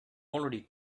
already